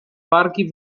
wargi